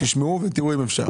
תשמעו ותראו אם אפשר.